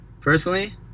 personally